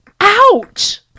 ouch